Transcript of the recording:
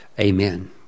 amen